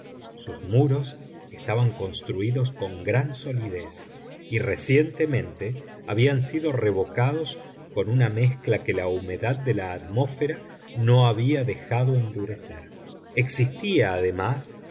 sus muros estaban construídos con gran solidez y recientemente habían sido revocados con una mezcla que la humedad de la atmósfera no había dejado endurecer existía además